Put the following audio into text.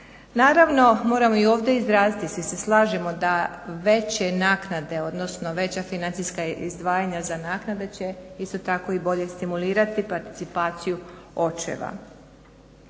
Naravno moramo i ovdje izraziti svi se slažemo da veće naknade odnosno veća financijska izdvajanja za naknade će isto tako i bolje stimulirati participaciju očeva.